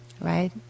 right